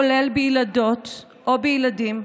כולל בילדות או בילדים,